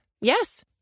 Yes